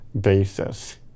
basis